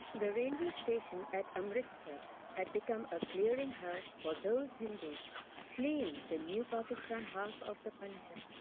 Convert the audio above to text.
the railway station at amritsar had become a clearing-house for those hindus fleeing the new pakistan half of the punjab.